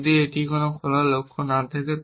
যদি এটির কোন খোলা লক্ষ্য না থাকে